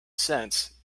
cents